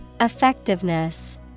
Effectiveness